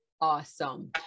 Awesome